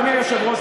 אדוני היושב-ראש,